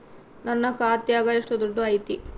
ನನ್ನ ಖಾತ್ಯಾಗ ಎಷ್ಟು ದುಡ್ಡು ಐತಿ?